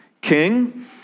king